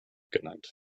genannt